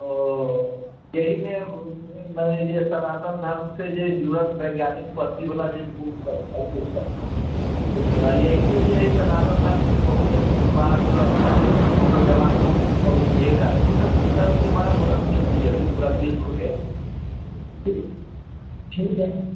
ओ एहि मे मने जे सनातन धर्म सँ जुड़ल वैज्ञानिक पद्धति वला जे बुक सब है एहि से जे है सनातन धर्म के बहुत बात अभी ओकर जवाब न मिल पबै छै ईहे कारण ऊसब बुक रहतियै तऽ बरा मदद मिलतियै अभी पूरा विश्व के ठीक ठीक है